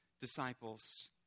disciples